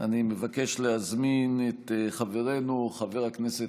אני מבקש להזמין את חברנו חבר הכנסת